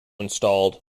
installed